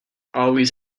always